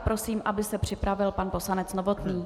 Prosím, aby se připravil pan poslanec Novotný.